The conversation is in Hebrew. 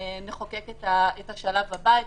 נחוקק את השלב הבא,